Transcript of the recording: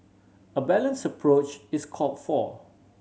a balance approach is call for